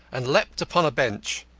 and leapt upon a bench.